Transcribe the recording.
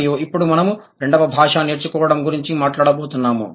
మరియు ఇప్పుడు మనం రెండవ భాషా నేర్చుకోవడం గురించి మాట్లాడబోతున్నాము